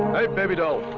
baby doll.